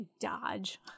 dodge